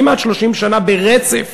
כמעט 30 שנה ברצף